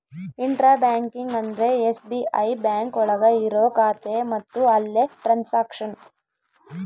intra banking ಅಂದ್ರೆ SBI bank ಒಳಗ ಇರೋ ಖಾತೆ ಮತ್ತು ಅಲ್ಲೇ ಟ್ರನ್ಸ್ಯಾಕ್ಷನ್